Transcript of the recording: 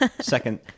second